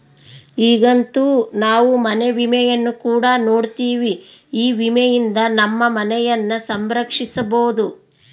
ಈಗಂತೂ ನಾವು ಮನೆ ವಿಮೆಯನ್ನು ಕೂಡ ನೋಡ್ತಿವಿ, ಈ ವಿಮೆಯಿಂದ ನಮ್ಮ ಮನೆಯನ್ನ ಸಂರಕ್ಷಿಸಬೊದು